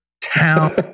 town